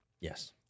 Yes